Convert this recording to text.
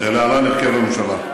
להלן הרכב הממשלה: